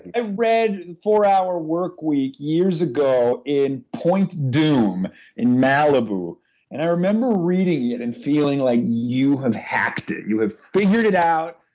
i read four hour workweek years ago in point dume in malibu and i remember reading it and feeling like you have hacked it, you have figured it out,